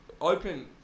open